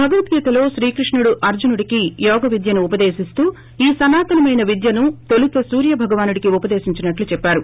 భగవద్గీతలో శ్రీకృష్ణుడు అర్లునుడికి యోగ విద్యను ఉపదేశిస్తూ ఈ సనాతనమైన విద్యను తోలుత సూర్యభగవానుడికి ఉపదేశీంచినట్టు చెప్పారు